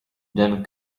then